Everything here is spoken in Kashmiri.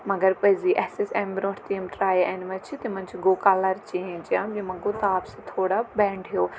مگر پٔزی اَسہِ ٲسۍ اَمہِ برونٛٹھ تہِ یِم ٹرٛایہِ اَنِمَژ چھِ تِمَن چھُ گوٚو کَلَر چینٛج یِم یِمَن گوٚو تاپہٕ سۭتۍ تھوڑا بٮ۪نٛڈ ہیوٗ